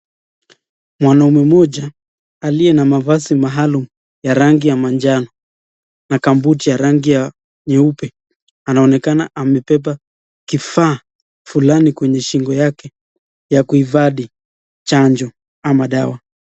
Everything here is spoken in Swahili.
Mwanaume mmoja aliye na mavazi maalum ya rangi ya manjano na kambuti ya rangi nyeupe, anaonekana amebeba kifaa fulani kwenye shingo yake ya kuhifadhi chanjo ama dawa.